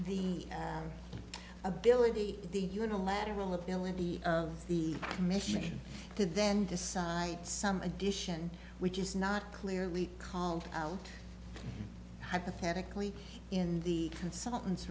the ability the unilateral ability of the commission to then decide some addition which is not clearly called out hypothetically in the consultant